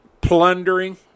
plundering